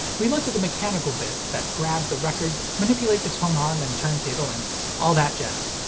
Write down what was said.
we looked at the mechanical bits that grab the record, manipulate the tone arm and turntable, and all that jazz.